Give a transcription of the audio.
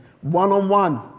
One-on-one